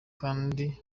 kandi